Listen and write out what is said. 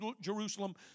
Jerusalem